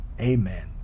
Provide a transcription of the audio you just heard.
Amen